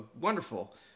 wonderful